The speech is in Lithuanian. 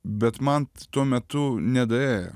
bet man tuo metu nedaėjo